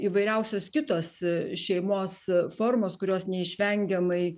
įvairiausios kitos šeimos formos kurios neišvengiamai